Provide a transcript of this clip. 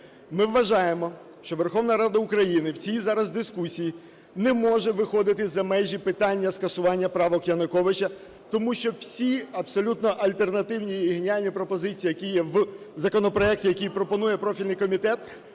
Ми вважаємо, що Верховна Рада України в цій зараз дискусії не може виходити за межі питання скасування правок Януковича, тому що всі абсолютно альтернативні і геніальні пропозиції, які є в законопроекті, які пропонує профільний комітет,